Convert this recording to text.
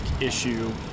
issue